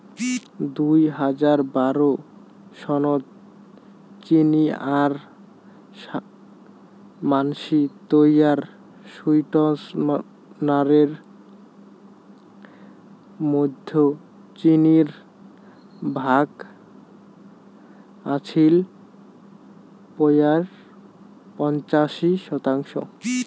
দুই হাজার বারো সনত চিনি আর মানষি তৈয়ার সুইটনারের মধ্যি চিনির ভাগ আছিল পরায় পঁচাশি শতাংশ